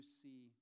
see